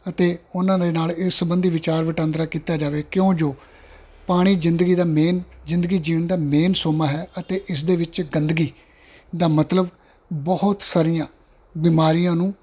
ਅਤੇ ਉਹਨਾਂ ਦੇ ਨਾਲ ਇਸ ਸਬੰਧੀ ਵਿਚਾਰ ਵਟਾਂਦਰਾ ਕੀਤਾ ਜਾਵੇ ਕਿਉਂ ਜੋ ਪਾਣੀ ਜ਼ਿੰਦਗੀ ਦਾ ਮੇਨ ਜ਼ਿੰਦਗੀ ਜਿਉਣ ਦਾ ਮੇਨ ਸੋਮਾ ਹੈ ਅਤੇ ਇਸ ਦੇ ਵਿੱਚ ਗੰਦਗੀ ਦਾ ਮਤਲਬ ਬਹੁਤ ਸਾਰੀਆਂ ਬਿਮਾਰੀ ਨੂੰ